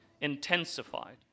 intensified